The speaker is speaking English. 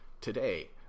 today